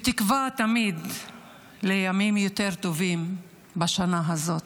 בתקווה תמיד לימים טובים יותר בשנה הזאת.